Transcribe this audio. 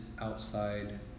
outside